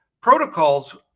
protocols